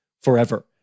forever